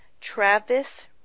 Travis